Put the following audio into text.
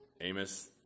Amos